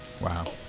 wow